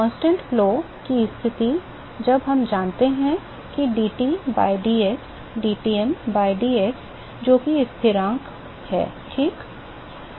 तो स्थिर प्रवाह की स्थिति हम जानते हैं कि dT by dx dTm by dx जो कि स्थिरांक ठीक है